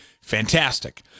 fantastic